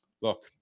Look